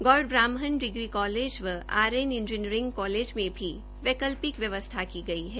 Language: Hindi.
गौड़ ब्राह्मण डिग्री कॉलेज व आर एन इंजीनियरिंग कॉलेज में भी वैकल्पिक व्यवस्था की गई है